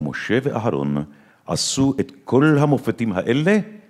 משה ואהרון עשו את כל המופתים האלה?